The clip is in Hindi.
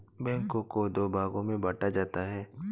बैंकों को दो भागों मे बांटा जाता है